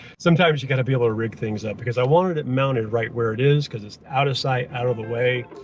sometimes you gotta be able to rig things up. because i wanted it mounted right where it is, cause it's out of sight, out of the way.